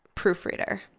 Proofreader